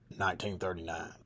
1939